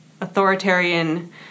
authoritarian